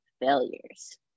failures